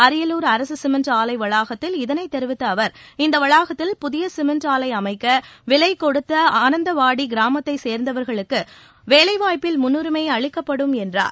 அரியலூர் அரசு சிமெண்ட் ஆலை வளாகத்தில் இதனைத் தெரிவித்த அவர் இந்த வளாகத்தில் புதிய சிமெண்ட் ஆலை அமைக்க விலை கொடுத்த ஆனந்தவாடி கிராமத்தைச் சேர்ந்தவர்களுக்கு வேலைவாய்ப்பில் முன்னுரிமை அளிக்கப்படும் என்றார்